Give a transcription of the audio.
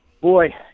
Boy